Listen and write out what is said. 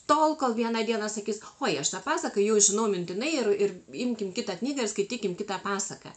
tol kol vieną dieną sakys oi aš tą pasaką jau žinau mintinai ir ir imkim kitą knygą ir skaitykim kitą pasaką